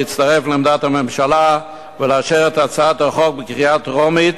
להצטרף לעמדת הממשלה ולאשר את הצעת החוק בקריאה טרומית,